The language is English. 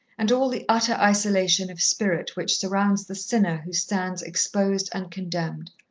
and all the utter isolation of spirit which surrounds the sinner who stands exposed and condemned.